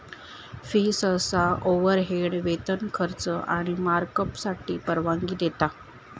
fee सहसा overhead, वेतन, खर्च आणि मार्कअपसाठी परवानगी देता